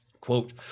Quote